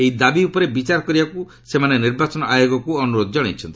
ଏହି ଦାବି ଉପରେ ବିଚାର କରିବାକୁ ସେମାନେ ନିର୍ବାଚନ ଆୟୋଗକୁ ଅନୁରୋଧ ଜଣାଇଛନ୍ତି